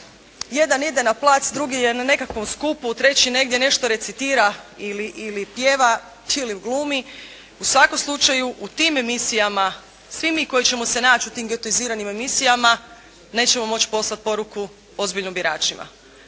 Jedan ide na plac, drugi je na nekakvom skupi, treći negdje nešto recitira ili pjeva, ili glumi. U svakom slučaju, u tim emisijama svi mi koji ćemo se naći u tim getoiziranim emisijama nećemo moći poslati poruku ozbiljnu biračima.